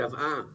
קבעה